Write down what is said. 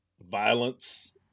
violence